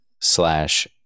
slash